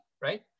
right